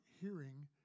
hearing